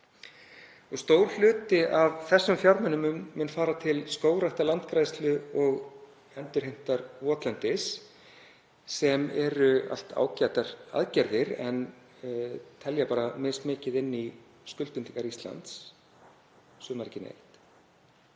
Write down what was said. Stór hluti af þessum fjármunum mun fara til skógræktar, landgræðslu og endurheimtar votlendis sem eru allt ágætar aðgerðir en telja mismikið inn í skuldbindingar Íslands, sumar